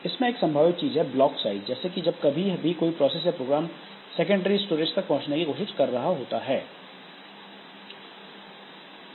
इसमें से एक संभावित चीज है ब्लॉक साइज जैसे कि जब कभी भी कोई प्रोसेस या प्रोग्राम सेकेंडरी स्टोरेज तक पहुंचने की कोशिश कर रहा होता है